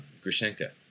Grushenka